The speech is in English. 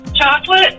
Chocolate